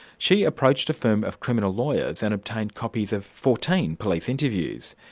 she approached a firm of criminal lawyers and obtained copies of fourteen police interviews.